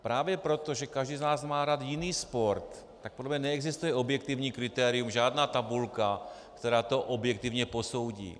Právě proto, že každý z nás má rád jiný sport, tak podle mě neexistuje objektivní kritérium, žádná tabulka, která to objektivně posoudí.